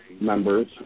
members